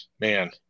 man